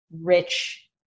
rich